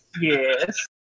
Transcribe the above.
Yes